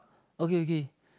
okay okay